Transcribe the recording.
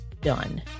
done